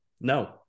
no